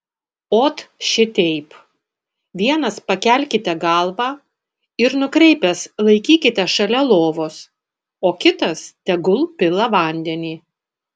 ot šiteip vienas pakelkite galvą ir nukreipęs laikykite šalia lovos o kitas tegul pila vandenį